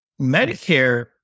Medicare